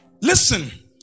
Listen